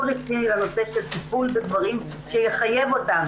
רציני לנושא של טיפול בגברים שיחייב אותם,